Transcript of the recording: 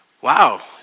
Wow